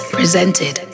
presented